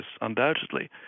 undoubtedly